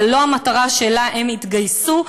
זו לא המטרה שאליה הן התגייסו.